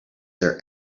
their